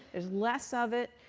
there's less of it.